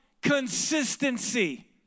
consistency